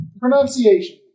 Pronunciation